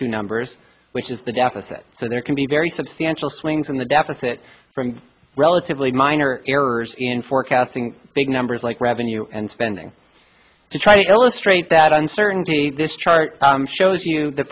two numbers which is the deficit so there can be very substantial swings in the deficit from relatively minor errors in forecasting big numbers like revenue and spending to try to illustrate that uncertainty this chart shows you the